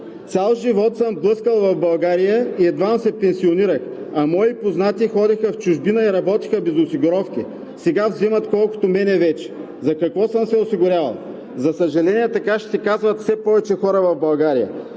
„Цял живот съм блъскал в България и едвам се пенсионирах, а мои познати ходеха в чужбина и работеха без осигуровки. Сега взимат колкото мен вече. За какво съм се осигурявал?“ За съжаление, така ще си казват все повече хора в България,